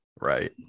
Right